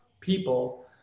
people